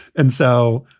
and so,